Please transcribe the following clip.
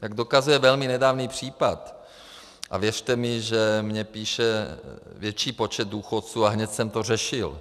Jak dokazuje velmi nedávný případ a věřte mi, že mně píše větší počet důchodců, a hned jsem to řešil.